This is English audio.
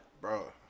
Bro